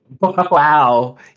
Wow